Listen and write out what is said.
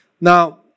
Now